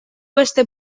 beste